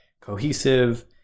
cohesive